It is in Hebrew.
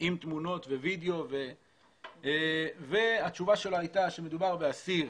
עם תמונות ווידאו והתשובה שלו הייתה שמדובר באסיר